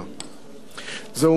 זהו מהלך מביש,